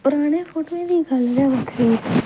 पराने फोटुएं दी गल्ल गै बक्खरी ऐ